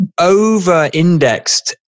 over-indexed